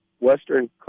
western